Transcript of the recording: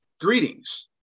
greetings